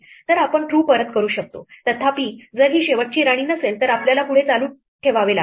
तर आपण true परत करू शकतो तथापि जर ही शेवटची राणी नसेल तर आपल्याला पुढे चालू ठेवावे लागेल